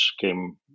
came